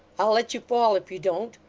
i'll let you fall if you don't.